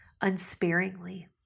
unsparingly